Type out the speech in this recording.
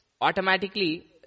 automatically